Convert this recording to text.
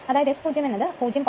അതായത് S0 എന്ന് ഉള്ളത് 0